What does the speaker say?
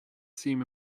seem